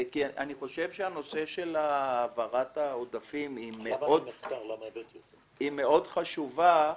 שהנושא של העברת העודפים היא מאוד חשובה,